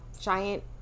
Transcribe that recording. Giant